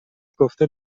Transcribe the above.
گفته